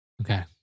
Okay